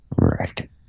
Right